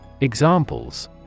Examples